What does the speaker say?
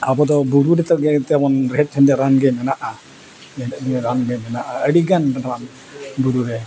ᱟᱵᱚ ᱫᱚ ᱵᱩᱨᱩ ᱨᱮᱜᱮ ᱜᱮᱛᱟᱵᱚᱱ ᱨᱮᱦᱮᱫ ᱥᱮᱸᱫᱮᱫ ᱨᱟᱱ ᱜᱮ ᱢᱮᱱᱟᱜᱼᱟ ᱨᱟᱱ ᱜᱮ ᱢᱮᱱᱟᱜᱼᱟ ᱟᱹᱰᱤ ᱜᱟᱱ ᱨᱟᱱ ᱵᱩᱨᱩ ᱨᱮ